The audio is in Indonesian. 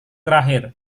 terakhir